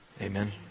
Amen